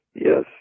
yes